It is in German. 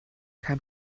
kein